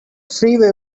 freeway